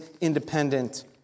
independent